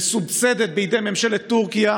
שמסובסדת בידי ממשלת טורקיה,